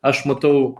aš matau